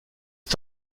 est